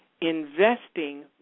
investing